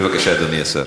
בבקשה, אדוני השר.